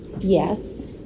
Yes